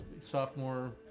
sophomore